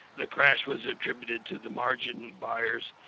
the crash was attributed to the margin buyers.